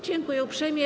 Dziękuję uprzejmie.